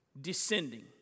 descending